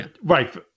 Right